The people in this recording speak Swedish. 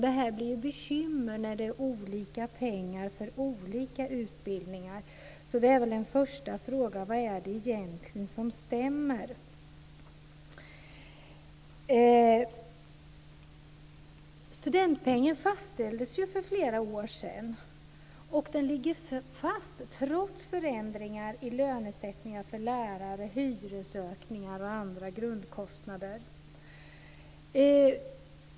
Det blir bekymmer när det är olika pengar för olika utbildningar. Då är väl en första fråga denna: Vad är det egentligen som stämmer? Studentpengen fastställdes för flera år sedan, och den ligger fast trots förändringar i lönesättning för lärare, hyresökningar och andra grundkostnader.